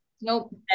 Nope